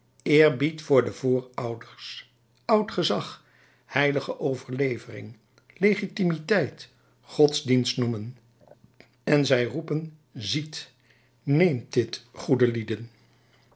eerbied voor de voorouders oud gezag heilige overleveringen legitimiteit godsdienst noemen en zij roepen ziet neemt dit goede lieden